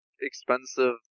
expensive